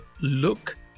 look